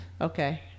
okay